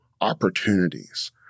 opportunities